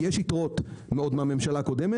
כי יש יתרות של כמה מיליארדים עוד מהממשלה הקודמת.